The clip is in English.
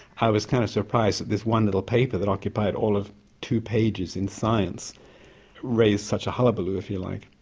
i was kind of surprised that this one little paper that occupied all of two pages in science raised such a hullabaloo if you like.